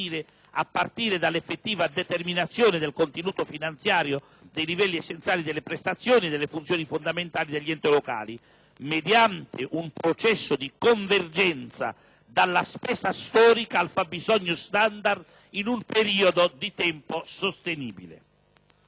a partire dall'effettiva determinazione del contenuto finanziario dei livelli essenziali delle prestazioni e delle funzioni fondamentali degli enti locali, mediante un processo di convergenza dalla spesa storica al fabbisogno standard in un periodo di tempo sostenibile.